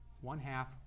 one-half